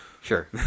Sure